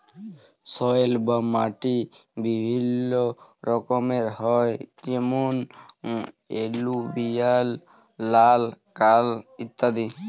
soil বা মাটি বিভিল্য রকমের হ্যয় যেমন এলুভিয়াল, লাল, কাল ইত্যাদি